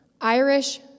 Irish